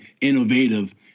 innovative